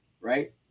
right